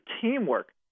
teamwork